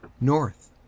north